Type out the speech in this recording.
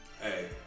Hey